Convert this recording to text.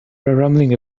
rambling